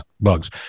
bugs